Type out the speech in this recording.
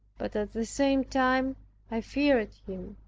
but at the same time i feared him,